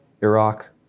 Iraq